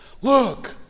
Look